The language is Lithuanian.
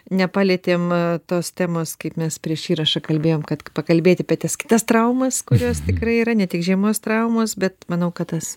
nepalietėm e tos temos kaip mes prieš įrašą kalbėjom kad pakalbėti pe tis kitas traumas kurias tikrai yra ne tiek žiemos traumos bet manau kad tas